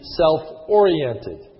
self-oriented